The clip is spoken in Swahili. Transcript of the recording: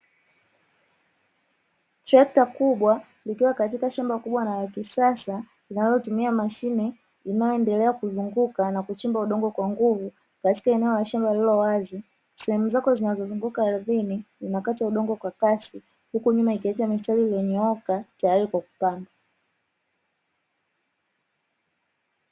Trekta kubwa likiwa katika shamba kubwa na la kisasa linalotumia mashine inayoendelea kuzunguka na kuchimba udongo kwa nguvu, katika eneo la shamba lililowazi sehemu zake zinazozunguka ardhini zinakata udongo kwa kasi huku nyuma ikiacha mistari iliyonyooka tayari kwa kupanda.